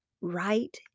right